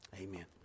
Amen